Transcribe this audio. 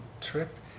trip